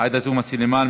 עאידה תומא סלימאן,